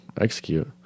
execute